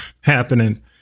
happening